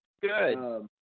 Good